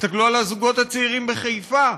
תסתכלו על הזוגות הצעירים בחיפה.